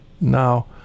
now